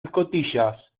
escotillas